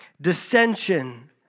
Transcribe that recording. dissension